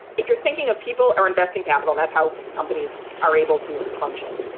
if you're thinking of people are investing capital, that's how companies are able to function.